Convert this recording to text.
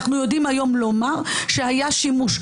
אנחנו יודעים היום לומר שהיה שימוש,